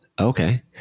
Okay